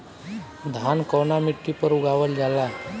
धान कवना मिट्टी पर उगावल जाला?